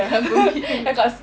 ya floating